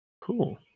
Cool